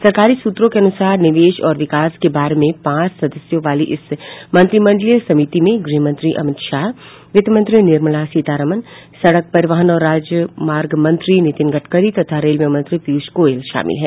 सरकारी सूत्रों के अनुसार निवेश और विकास के बारे में पांच सदस्यों वाली इस मंत्रिमंडलीय समिति में गृह मंत्री अमित शाह वित्त मंत्री निर्मला सीतारमण सड़क परिवहन और राजमार्ग मंत्री नितिन गडकरी तथा रेलवे मंत्री पीयूष गोयल शामिल हैं